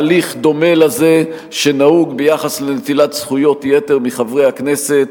הליך דומה לזה שנהוג ביחס לנטילת זכויות יתר מחברי הכנסת,